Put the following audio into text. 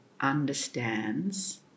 understands